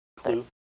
Clue